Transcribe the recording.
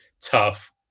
tough